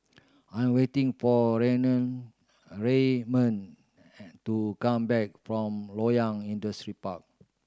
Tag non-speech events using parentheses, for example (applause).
I am waiting for Raynard (unintelligible) and to come back from Loyang Industrial Park